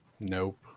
Nope